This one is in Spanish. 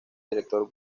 director